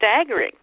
staggering